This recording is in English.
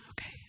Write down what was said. Okay